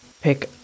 pick